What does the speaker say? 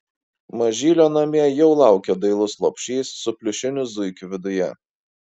mažylio namie jau laukia dailus lopšys su pliušiniu zuikiu viduje